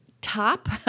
top